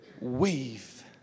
weave